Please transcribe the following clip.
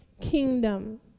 kingdom